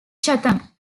chatham